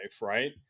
Right